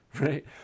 right